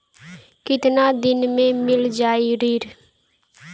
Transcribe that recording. कितना दिन में मील जाई ऋण?